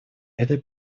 этой